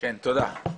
תודה.